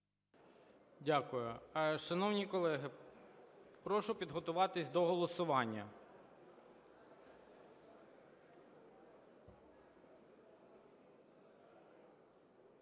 Дякую. Шановні колеги, прошу підготуватися до голосування.